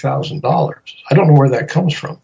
thousand dollars i don't know where that comes from